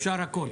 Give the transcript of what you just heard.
אפשר הכול.